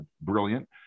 brilliant